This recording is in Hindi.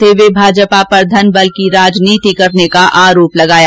उन्होंने भाजपा पर घनबल की राजनीतिकरने का आरोप लगाया